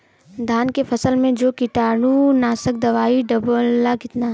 धान के फसल मे जो कीटानु नाशक दवाई डालब कितना?